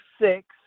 six